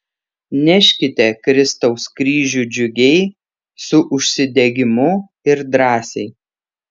neškite kristaus kryžių džiugiai su užsidegimu ir drąsiai